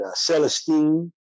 Celestine